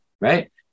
right